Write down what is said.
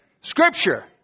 Scripture